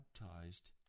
baptized